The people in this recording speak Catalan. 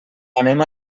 anem